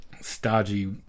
stodgy